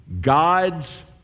God's